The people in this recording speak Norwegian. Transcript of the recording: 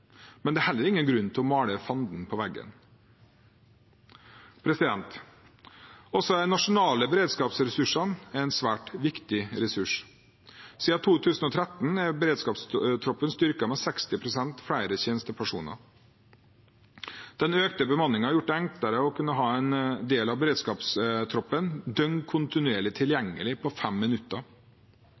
men det er heller ingen grunn til å male fanden på veggen. Også de nasjonale beredskapsressursene er en svært viktig ressurs. Siden 2013 er beredskapstroppen styrket med 60 pst. flere tjenestepersoner. Den økte bemanningen har gjort det enklere å kunne ha en del av beredskapstroppen døgnkontinuerlig tilgjengelig på 5 minutter.